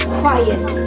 quiet